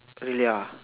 really uh